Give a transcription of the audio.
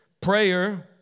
prayer